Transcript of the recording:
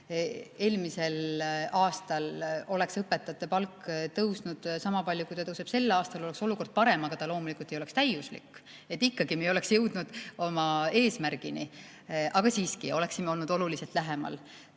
eelmisel aastal oleks õpetajate palk tõusnud sama palju, kui see tõuseb sel aastal, oleks olukord parem, aga see loomulikult ei oleks täiuslik. Ikkagi me ei oleks jõudnud oma eesmärgini. Aga siiski oleksime olnud oluliselt lähemal.